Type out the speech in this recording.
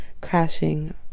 crashing